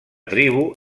tribu